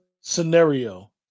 scenario